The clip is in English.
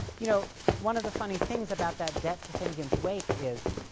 you know one of the funny things about that debt to finnegans wake is,